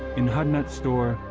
in hudnut's store,